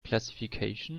classification